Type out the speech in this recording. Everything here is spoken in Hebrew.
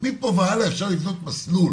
מפה והלאה אפשר לבנות מסלול